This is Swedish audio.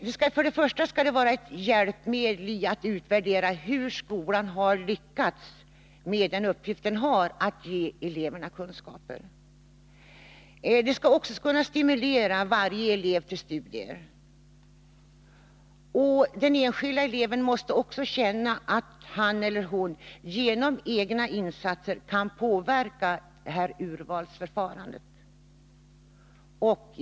Först och främst skall det vara ett hjälpmedel för att utvärdera hur skolan har lyckats med den uppgift som den har, att ge eleverna kunskaper. Det skall också kunna stimulera varje elev till studier. Den enskilde eleven måste vidare känna att han eller hon genom egna insatser kan påverka urvalsförfarandet.